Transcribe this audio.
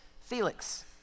Felix